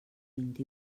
vint